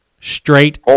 Straight